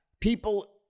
People